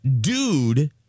dude